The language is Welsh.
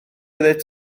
oeddet